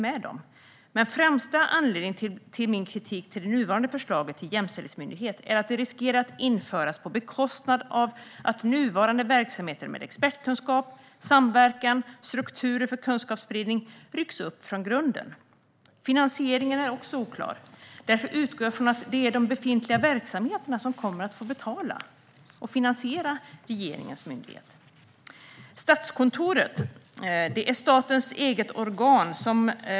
Men den främsta anledningen till min kritik mot det nuvarande förslaget om en jämställdhetsmyndighet är att den riskerar att införas på bekostnad av nuvarande verksamheter med expertkunskap, samverkan och strukturer för kunskapsspridning då dessa rycks upp från grunden. Finansieringen är också oklar. Jag utgår därför från att det är de befintliga verksamheterna som kommer att få betala och finansiera regeringens myndighet. Statskontoret är statens eget organ.